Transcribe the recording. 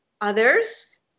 others